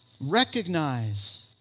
Recognize